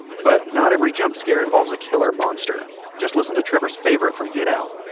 but not every jump scare involves a killer monster. just listen to trevor's favorite from get out.